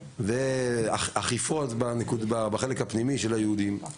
אכיפות בחלק הפנימי של היהודים,